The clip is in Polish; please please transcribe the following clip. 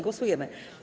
Głosujemy.